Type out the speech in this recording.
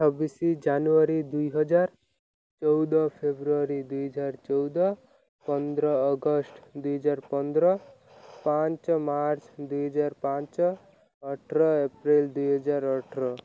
ଛବିଶି ଜାନୁଆରୀ ଦୁଇ ହଜାର ଚଉଦ ଫେବୃଆରୀ ଦୁଇ ହଜାର ଚଉଦ ପନ୍ଦର ଅଗଷ୍ଟ ଦୁଇ ହଜାର ପନ୍ଦର ପାଞ୍ଚ ମାର୍ଚ୍ଚ ଦୁଇ ହଜାର ପାଞ୍ଚ ଅଠର ଏପ୍ରିଲ ଦୁଇ ହଜାର ଅଠର